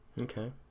Okay